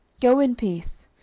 go in peace,